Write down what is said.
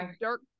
dark